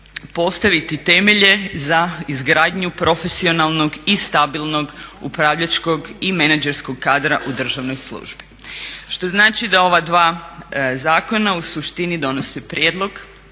postaviti temelje za izgradnju profesionalnog i stabilnog upravljačkog i menadžerskog kadra u državnoj službi. Što znači da ova dva zakona u suštini donose prijedlog